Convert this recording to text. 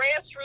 grassroots